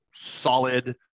solid